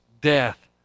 death